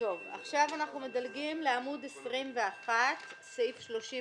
אנחנו מדלגים לעמ' 21, סעיף 31